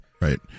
Right